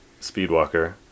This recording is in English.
speedwalker